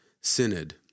synod